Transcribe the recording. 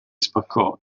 spaccò